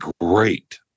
great